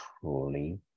truly